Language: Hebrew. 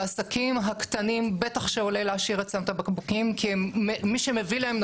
לעסקים הקטנים בטח שעולה להשאיר אצלם את הבקבוקים כי מי שמביא להם,